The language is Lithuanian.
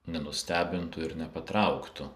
nenustebintų ir nepatrauktų